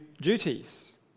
duties